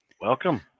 Welcome